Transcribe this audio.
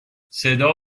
صدا